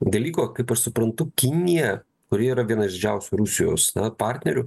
dalyko kaip aš suprantu kinija kuri yra vienas iš didžiausių rusijos na partnerių